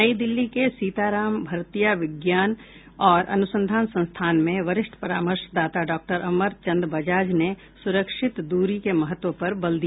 नई दिल्ली के सीताराम भरतिया विज्ञान और अनुसंधान संस्थान में वरिष्ठ परामर्शदाता डॉक्टर अमरचन्द बजाज ने सुरक्षित दूरी के महत्व पर बल दिया